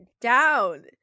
down